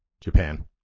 Japan